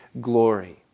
glory